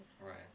right